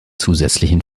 zusätzlichen